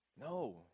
No